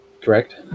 Correct